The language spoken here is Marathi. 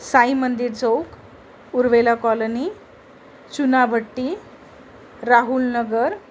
साई मंदिर चौक उरुवेला कॉलनी चुनाभट्टी राहुलनगर